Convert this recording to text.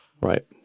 Right